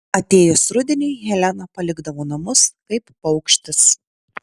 atėjus rudeniui helena palikdavo namus kaip paukštis